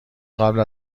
قبل